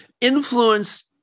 Influence